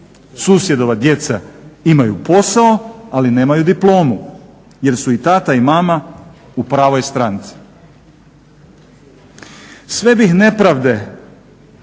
Susjedova djeca imaju posao ali nemaju diplomu jer su tata i mama u pravoj stranci. Sve bih nepravde